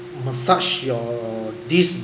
massage your disc